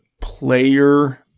player